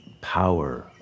power